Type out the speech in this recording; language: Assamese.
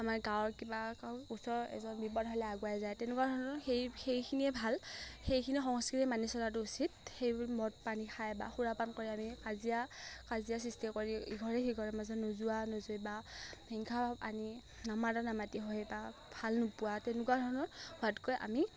আমাৰ গাঁৱৰ কিবা ওচৰ এজন বিপদ হ'লে আগুৱাই যায় তেনেকুৱা ধৰণৰ সেই সেইখিনিয়ে ভাল সেইখিনি সংস্কৃতিৰ মানি চলাটো উচিত সেইবোৰ মদ পানী খাই বা সুৰাপান কৰি আমি কাজিয়া কাজিয়া সৃষ্টি কৰি ইঘৰে সিঘৰে মাজত নোযোৱা নোযোই বা হিংসা আনি নামাতা নামাতি হয় বা ভাল নোপোৱা তেনেকুৱা ধৰণৰ হোৱাতকৈ আমি